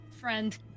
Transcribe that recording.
friend